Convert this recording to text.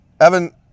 evan